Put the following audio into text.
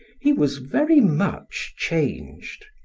he was very much changed.